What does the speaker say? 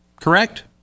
Correct